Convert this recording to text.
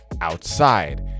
outside